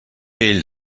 ell